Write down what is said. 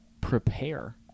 prepare